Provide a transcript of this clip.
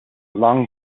long